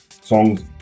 songs